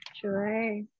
Sure